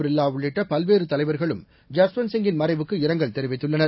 பிர்லா உள்ளிட்ட பல்வேறு தலைவர்களும் ஜஸ்வந்த்சிங்கின் மறைவுக்கு இரங்கல் தெரிவித்துள்ளனர்